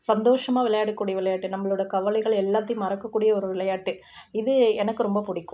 சந்தோஷமாக விளையாடக்கூடிய விளையாட்டு நம்மளோடய கவலைகள் எல்லாத்தையும் மறக்கக்கூடிய ஒரு விளையாட்டு இது எனக்கு ரொம்ப பிடிக்கும்